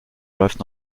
läuft